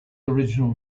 original